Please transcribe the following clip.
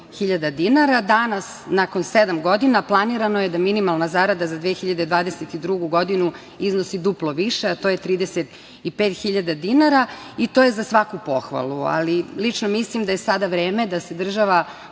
Danas, nakon sedam godina, planirano je da minimalna zarada za 2022. godinu iznosi duplo više, a to je 35.000 dinara i to je za svaku pohvalu, ali lično mislim da je sada vreme da se država